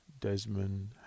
Desmond